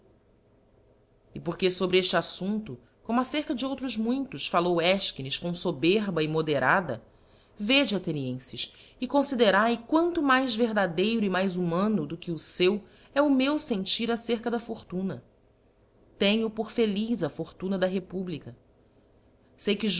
e porque fobre efte aflumpto como acerca de outros muitos fallou efchines com foberba immoderada vede athenienfes e confiderae quanto mais verdadeiro e mais humano do que o feu é o meu fentir acerca da fortuna tenho por feliz a fortuna da republica sei